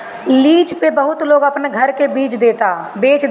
lease पे बहुत लोग अपना घर के बेच देता